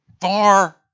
far